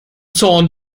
zorn